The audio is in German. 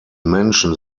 menschen